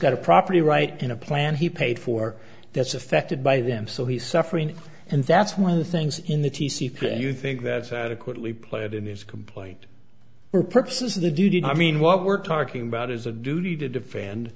got a property right in a plan he paid for that's affected by them so he's suffering and that's one of the things in the t c if you think that's adequately played in this complaint for purposes of the duty i mean what we're talking about is a duty to defend